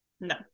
No